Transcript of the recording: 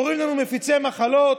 קוראים לנו "מפיצי מחלות"